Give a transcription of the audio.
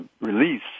release